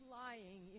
lying